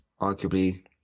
arguably